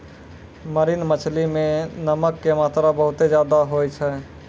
marine मछली मॅ नमक के मात्रा बहुत ज्यादे होय छै